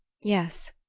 yes,